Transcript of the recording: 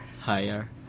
Higher